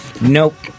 Nope